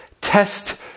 Test